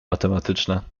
matematyczne